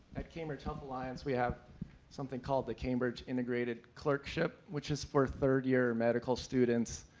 at cambridge health alliance, we have something called the cambridge integrated clerkship, which is for third year medical students,